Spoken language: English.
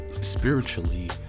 spiritually